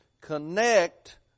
connect